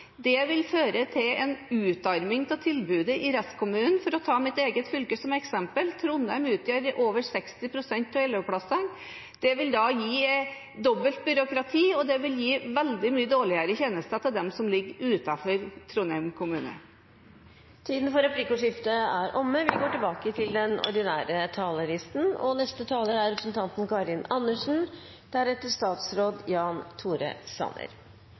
de vil åpne for forsøk i disse kommunene. Det vil føre til en utarming av tilbudet i restkommunene. For å ta mitt eget fylke som eksempel: Trondheim har over 60 pst. av elevplassene. Det vil da gi dobbelt byråkrati, og det vil gi veldig mye dårligere tjenester til dem som ligger utenfor Trondheim kommune. Replikkordskiftet er omme. Mer lokaldemokrati er ikke å dytte flere oppgaver det ikke er penger til,